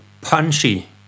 punchy